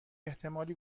احتمالی